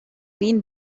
been